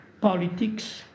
politics